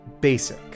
basic